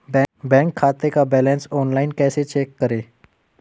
Bank खाते का balance online कैसे चेक करें?